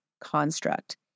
construct